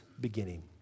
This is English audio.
beginning